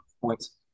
points